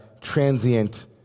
transient